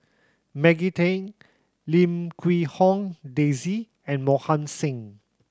Maggie Teng Lim Quee Hong Daisy and Mohan Singh